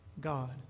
God